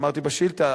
אמרתי בשאילתא: